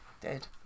Dead